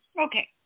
Okay